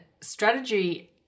strategy